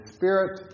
Spirit